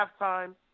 halftime